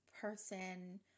person